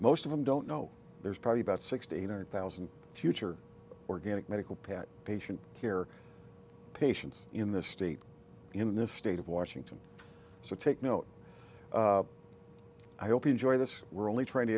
most of them don't know there's probably about sixty nine thousand future organic medical pat patient care patients in this state in this state of washington so take note i hope you enjoy this we're only try